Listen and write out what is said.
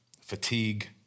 fatigue